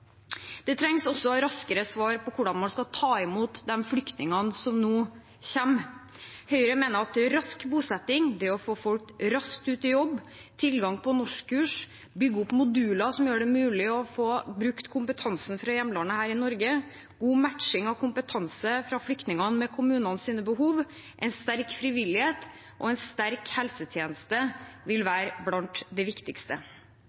Det trengs også raskere svar på hvordan man skal ta imot de flyktningene som nå kommer. Høyre mener at rask bosetting, det å få folk raskt ut i jobb, gi dem tilgang til norskkurs og bygge opp moduler som gjør det mulig å få brukt kompetansen fra hjemlandet her i Norge, god matching av flyktningenes kompetanse med kommunenes behov, en sterk frivillighet og en sterk helsetjeneste vil være blant det viktigste.